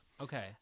Okay